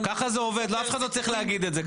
--- ככה זה עובד ואף אחד לא צריך להגיד את זה,